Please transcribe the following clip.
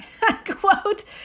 quote